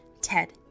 Ted